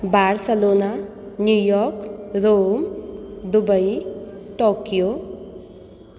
Barcelona New York Rome Dubai Tokyo